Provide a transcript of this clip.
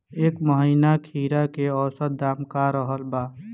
एह महीना खीरा के औसत दाम का रहल बा?